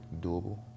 doable